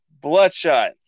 Bloodshot